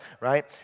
right